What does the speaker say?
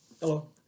Hello